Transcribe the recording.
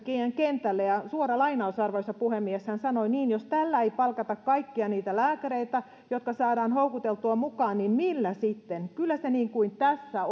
kentälle arvoisa puhemies hän sanoi jos tällä ei palkata kaikkia niitä lääkäreitä jotka saadaan houkuteltua mukaan niin millä sitten kyllä se niin kuin tässä